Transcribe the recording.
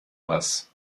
was